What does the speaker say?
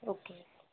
okay